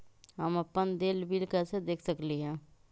हम अपन देल बिल कैसे देख सकली ह?